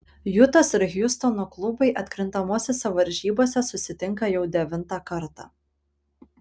jutos ir hjustono klubai atkrintamosiose varžybose susitinka jau devintą kartą